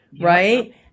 right